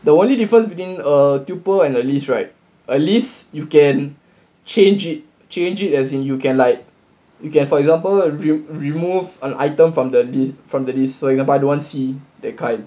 the only difference between a tuple and a list right at least you can change it change it as in you can like you can for example A re- remove an item from the from the li~ list like if I don't want C that kind